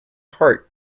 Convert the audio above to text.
heart